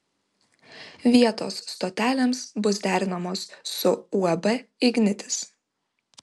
vietos stotelėms bus derinamos su uab ignitis